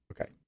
okay